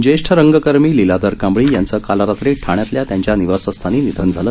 ज्येष्ठ रंगकर्मी लीलाधर कांबळी यांचं काल रात्री ठाण्यातील त्यांच्या निवासस्थानी निधन झालं